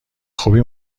خوبی